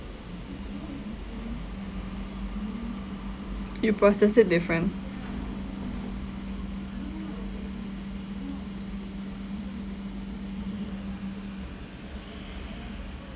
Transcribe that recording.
you process it different